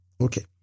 Okay